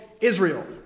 Israel